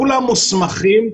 כולם מוסמכים,